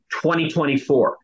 2024